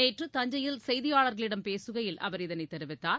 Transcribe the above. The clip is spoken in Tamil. நேற்று தஞ்சையில் செய்தியாளர்களிடம் பேசுகையில் அவர் இதனைத் தெரிவித்தார்